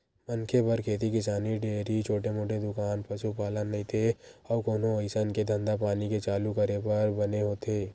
मनखे बर खेती किसानी, डेयरी, छोटे मोटे दुकान, पसुपालन नइते अउ कोनो अइसन के धंधापानी के चालू करे बर बने होथे